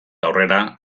aurrera